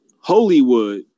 Hollywood